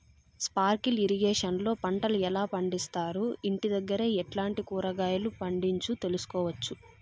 Sprinkle irrigation లో పంటలు ఎలా పండిస్తారు, ఇంటి దగ్గరే ఎట్లాంటి కూరగాయలు పండించు తెలుసుకోవచ్చు?